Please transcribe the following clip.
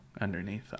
underneath